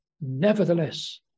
nevertheless